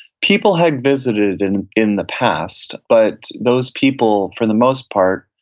people had visited in in the past, but those people, for the most part,